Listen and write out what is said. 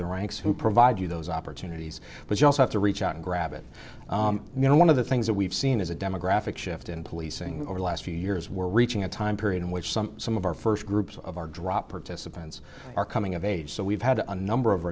the ranks who provide you those opportunities but you also have to reach out and grab it and you know one of the things that we've seen is a demographic shift in policing over the last few years we're reaching a time period in which some some of our first groups of our drop participants are coming of age so we've had a number of